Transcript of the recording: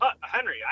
Henry